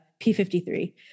p53